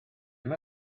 ddim